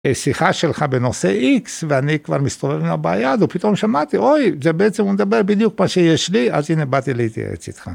שיחה שלך בנושא x, ואני כבר מסתובב עם הבעיה הזאת, פתאום שמעתי אוי זה בעצם הוא מדבר בדיוק מה שיש לי אז הנה באתי להתייעץ איתך.